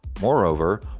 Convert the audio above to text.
Moreover